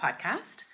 podcast